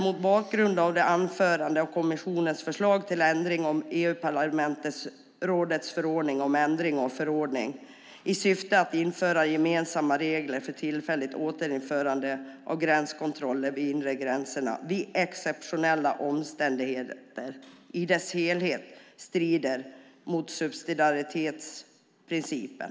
Mot bakgrund av det anförda anser vi att kommissionens förslag till ändring av EU-parlamentets och rådets förordning om ändring av förordning i syfte att införa gemensamma regler för tillfälligt återinförande av gränskontroller vid de inre gränserna vid exceptionella omständigheter i dess helhet strider mot subsidiaritetsprincipen.